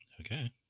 Okay